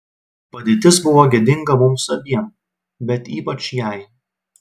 padėtis buvo gėdinga mums abiem bet ypač jai